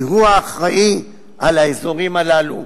כי הוא האחראי לאזורים הללו.